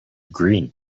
green